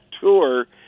tour